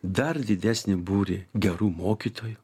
dar didesnį būrį gerų mokytojų